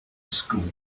school